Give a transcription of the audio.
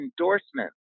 endorsement